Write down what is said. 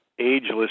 ageless